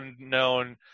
unknown